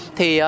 Thì